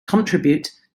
contribute